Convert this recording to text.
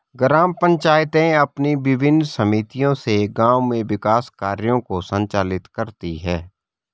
ग्राम पंचायतें अपनी विभिन्न समितियों से गाँव में विकास कार्यों को संचालित करती हैं